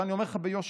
אני אומר לך ביושר,